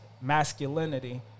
masculinity